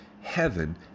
heaven